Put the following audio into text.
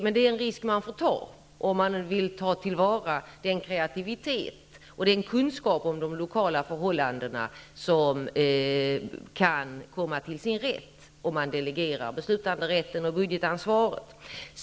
Men det är en risk man får ta om man vill ta till vara kreativitet och kunskap om lokala förhållanden, vilka kan komma till sin rätt vid delegering av beslutanderätt och budgetansvar.